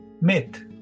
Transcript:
myth